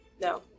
No